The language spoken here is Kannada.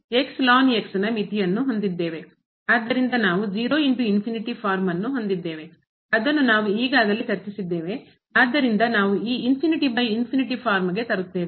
ಆದ್ದರಿಂದ ನಾವು ಫಾರ್ಮ್ ಅನ್ನು ಹೊಂದಿದ್ದೇವೆ ಅದನ್ನು ನಾವು ಈಗಾಗಲೇ ಚರ್ಚಿಸಿದ್ದೇವೆ ಆದ್ದರಿಂದ ನಾವು ಈ ಫಾರ್ಮ್ಗೆ ತರುತ್ತೇವೆ